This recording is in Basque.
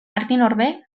orbe